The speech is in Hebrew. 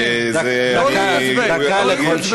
דקה.